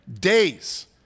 days